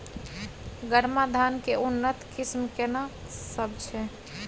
गरमा धान के उन्नत किस्म केना सब छै?